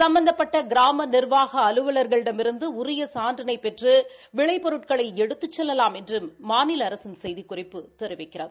சம்பந்தப்பட்ட கிராம நிர்வாக அலுவல்களிடமிருந்து உரிய சான்றினை பெற்று விளைப் பொருட்களை எடுத்துக் செல்லலாம் என்று மாநில அரசின் செய்திக்குறிப்பு தெரிவிக்கிறது